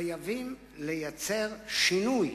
חייבים לייצר שינוי,